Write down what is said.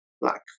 black